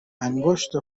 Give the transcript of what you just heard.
انگشت